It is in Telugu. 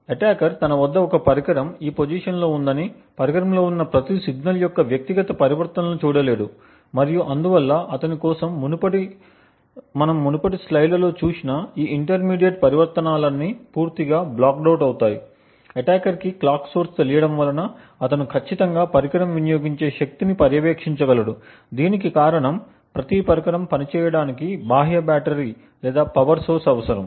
అటాకర్ తన వద్ద ఒక పరికరం ఈ పొజిషన్లో ఉందని పరికరంలో ఉన్న ప్రతి సిగ్నల్ యొక్క వ్యక్తిగత పరివర్తనలను చూడలేడు మరియు అందువల్ల అతని కోసం మనము మునుపటి స్లైడ్లో చూసిన ఈ ఇంటర్మీడియట్ పరివర్తనాలన్నీ పూర్తిగా బ్లాక్డ్ ఔట్ అవుతాయి అటాకర్ కి క్లాక్ సోర్స్ తెలియడం వలన అతను ఖచ్చితంగా పరికరం వినియోగించే శక్తిని పర్యవేక్షించగలడు దీనికి కారణం ప్రతి పరికరం పనిచేయడానికి బాహ్య బ్యాటరీ లేదా పవర్ సోర్స్ అవసరం